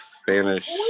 Spanish